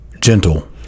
gentle